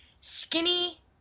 skinny